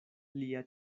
lia